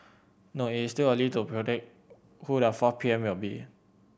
no it is still early to predict who the four P M will be